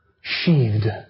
sheathed